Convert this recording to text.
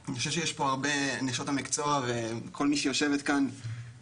אני חושב שיש פה הרבה נשות המקצוע וכל מי שיושבת כאן